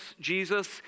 Jesus